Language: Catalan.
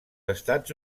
estats